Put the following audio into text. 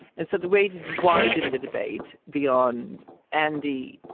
and so the way to widen the debate beyond andy,